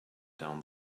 down